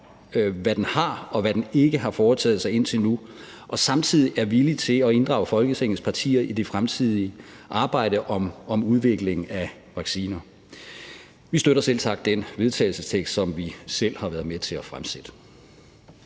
hvad den har og hvad den ikke har foretaget sig indtil nu, og at regeringen samtidig er villig til at inddrage Folketingets partier i det fremtidige arbejde vedrørende udviklingen af vacciner. Vi støtter selvsagt det forslag til vedtagelse, som vi selv har været med til at fremsætte.